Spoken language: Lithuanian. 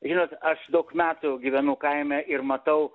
žinot aš daug metų gyvenu kaime ir matau